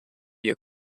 your